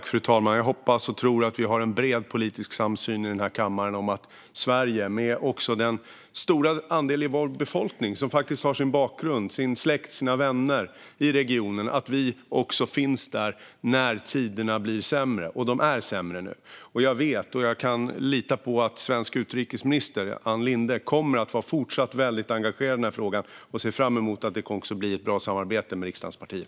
Fru talman! Jag hoppas och tror att vi har en bred politisk samsyn här i kammaren om att Sverige, med den stora andel i vår befolkning som har sin bakgrund, sin släkt och sina vänner i regionen, finns till hands när tiderna blir sämre, och de är sämre nu. Jag litar på att den svenska utrikesministern Ann Linde fortsatt kommer att vara väldigt engagerad i frågan och ser fram emot ett gott samarbete med riksdagens partier.